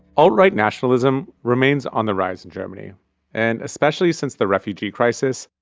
alt-right nationalism remains on the rise in germany and especially since the refugee crisis,